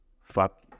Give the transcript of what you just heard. Fuck